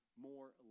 more